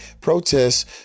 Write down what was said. Protests